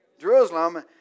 Jerusalem